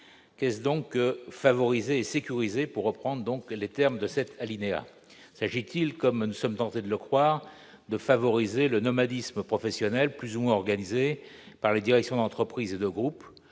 Que signifie donc « favoriser et sécuriser », pour reprendre les termes de cet alinéa ? S'agit-il, comme nous sommes tentés de le croire, de favoriser le nomadisme professionnel plus ou moins organisé par les directions d'entreprise et de groupe